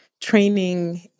training